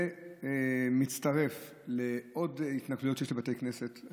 זה מצטרף לעוד התנכלויות לבתי כנסת.